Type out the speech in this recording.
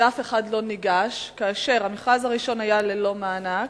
ואף אחד לא ניגש, כאשר המכרז הראשון היה ללא מענק,